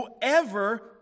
whoever